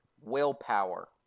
Willpower